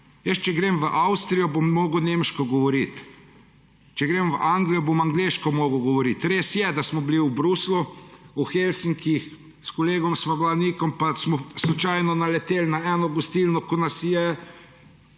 Če grem v Avstrijo, bom moral nemško govoriti, če grem v Anglijo, bom angleško moral govoriti. Res je, da smo bili v Bruslju, v Helsinkih, s kolegom Nikom sva bila, pa smo slučajno naleteli na eno gostilno, ko nas je